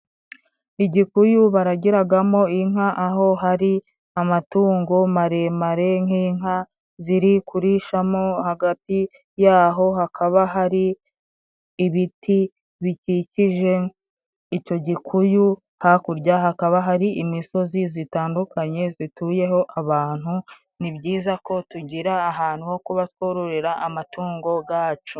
Igikuyu baragiragamo inka, aho hari amatungo maremare nk’inka ziri kurishamo. Hagati yaho hakaba hari ibiti bikikije icyo gikuyu, hakurya hakaba hari imisozi zitandukanye zituyeho abantu. Ni byiza ko tugira ahantu ho kuba, twororera amatungo gacu.